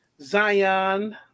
Zion